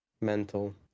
Mental